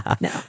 No